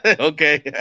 okay